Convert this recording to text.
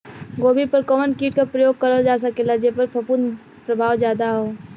गोभी पर कवन कीट क प्रयोग करल जा सकेला जेपर फूंफद प्रभाव ज्यादा हो?